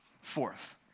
Fourth